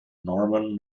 norman